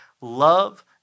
love